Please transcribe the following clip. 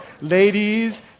Ladies